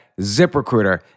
ZipRecruiter